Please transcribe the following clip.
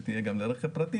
כשזה יהיה גם ברכב הפרטי,